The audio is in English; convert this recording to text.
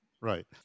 Right